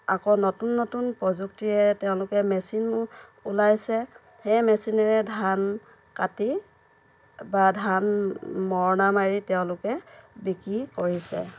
আকৌ নতুন নতুন প্ৰযুক্তিৰে তেওঁলোকে মেচিন ওলাইছে সেই মেচিনেৰে ধান কাটি বা ধান মৰণা মাৰি তেওঁলোকে বিক্ৰী কৰিছে